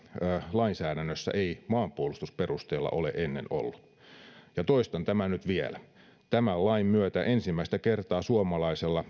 lainsäädännössä ei maanpuolustusperusteella ole ennen ollut ja toistan tämän nyt vielä tämän lain myötä ensimmäistä kertaa suomalaisella